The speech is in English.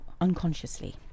unconsciously